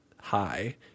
high